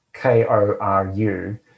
K-O-R-U